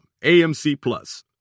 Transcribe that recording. amcplus